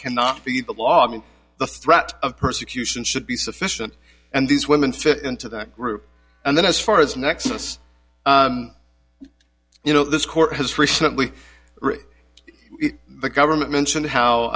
cannot be the log and the threat of persecution should be sufficient and these women fit into that group and then as far as nexus you know this court has recently the government mentioned how